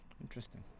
Interesting